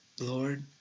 Lord